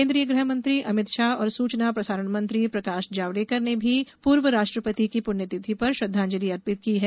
केंद्रीय गृहमंत्री अमित शाह और सूचना प्रसारण मंत्री प्रकाश जावड़ेकर ने भी पूर्व राष्ट्रपति की पुण्यतिथि पर श्रद्धांजलि अर्पित की है